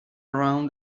around